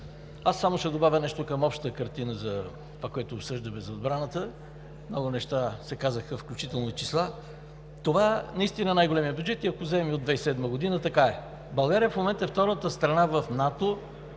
Аз само ще добавя нещо към общата картина относно това, което обсъждаме за отбраната. Много неща се казаха, включително и числа. Това наистина е най-големият бюджет. Ако вземем и от 2007 г., така е. България в момента е втората страна в НАТО